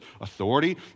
authority